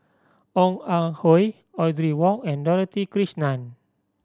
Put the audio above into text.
Ong Ah Hoi Audrey Wong and Dorothy Krishnan